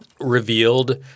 revealed